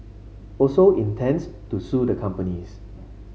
also intends to sue the companies